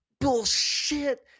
bullshit